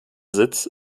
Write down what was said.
sitz